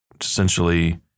Essentially